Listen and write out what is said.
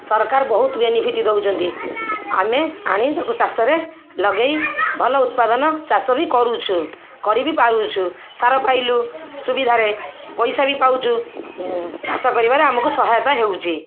ସରକାର ବହୁତ ବେନିଫିଟ୍ ଦେଉଛନ୍ତି ଆମେ ପାଣି ତା'କୁ ଚାଷରେ ଲଗେଇ ଭଲ ଉତ୍ପାଦନ ଚାଷ ବି କରୁଛୁ କରି ବି ପାରୁଛୁ ସାର ପାଇଲୁ ସୁବିଧାରେ ପଇସା ବି ପାଉଛୁ ଚାଷ କରିବାରେ ଆମକୁ ସହାୟତା ହେଉଛି